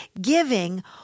Giving